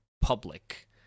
public